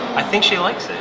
i think she liked it